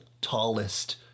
tallest